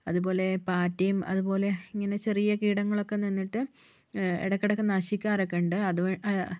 അതുപോലെ പാറ്റയും അതുപോലെ ഇങ്ങനെ ചെറിയ കീടങ്ങളൊക്കെ നിന്നിട്ട് ഇടയ്ക്കിടയ്ക്ക് നശിക്കാറൊക്കെയുണ്ട്